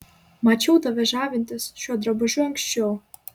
mačiau tave žavintis šiuo drabužiu anksčiau